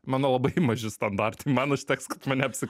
mano labai maži standartai man užteks kad mane apsi